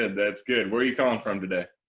that's good. where are you calling from today?